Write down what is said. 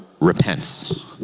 repents